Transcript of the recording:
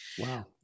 Wow